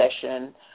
session